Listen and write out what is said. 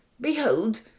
Behold